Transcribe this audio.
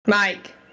Mike